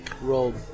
rolled